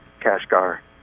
Kashgar